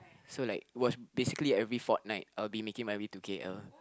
so like was basically every fortnight I would be making my way to K_L